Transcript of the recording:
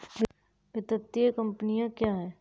वित्तीय कम्पनी क्या है?